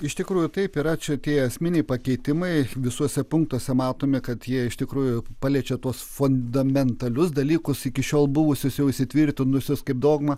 iš tikrųjų taip yra čia tie esminiai pakeitimai visuose punktuose matome kad jie iš tikrųjų paliečia tuos fundamentalius dalykus iki šiol buvusius jau įsitvirtinusius kaip dogma